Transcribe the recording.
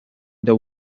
the